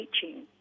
teaching